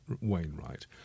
Wainwright